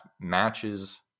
matches